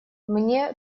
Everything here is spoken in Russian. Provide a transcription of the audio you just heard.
мне